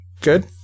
good